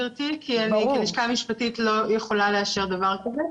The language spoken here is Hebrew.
כי הלשכה המשפטית לא יכולה לאשר דבר כזה.